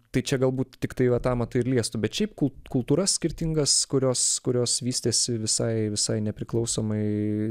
tai čia galbūt tiktai vat amatą ir liestų bet šiaip kul kultūras skirtingas kurios kurios vystėsi visai visai nepriklausomai